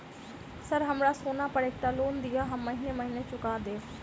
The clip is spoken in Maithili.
सर हमरा सोना पर एकटा लोन दिऽ हम महीने महीने चुका देब?